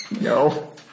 No